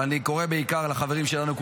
אבל אני קורא בעיקר לחברים שלנו,